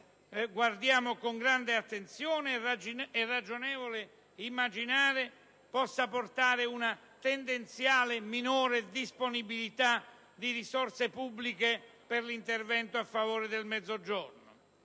affermazioni di principio, è ragionevole immaginare possa portare una tendenziale minore disponibilità di risorse pubbliche per l'intervento a favore del Mezzogiorno.